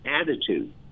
attitude